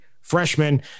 freshman